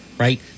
Right